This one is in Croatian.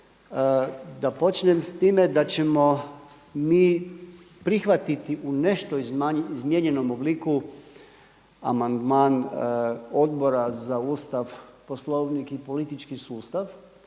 Da počnem s time da ćemo mi prihvatiti u nešto izmijenjenom obliku amandman Odbora za Ustav, poslovnik i politički sustav